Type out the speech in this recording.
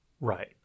Right